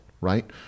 Right